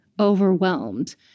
overwhelmed